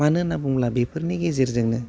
मानो होन्ना बुंब्ला बेफोरनि गेजेरजोंनो